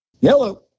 Yellow